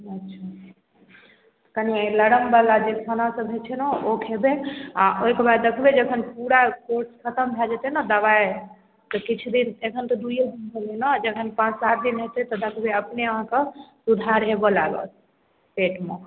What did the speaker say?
अच्छा कनिये लरमवला जे खाना सब हय छै ने ओ खेबै आओर ओइके बाद देखबै जखन पूरा कोर्स खतम भए जेतै ने दबाइ तऽ किछु दिन एखन तऽ दूइये दिन भेलै ने जखन पाँच सात दिन हेतै तऽ दखबै अपने अहाँके सुधार होबै लागत पेटमे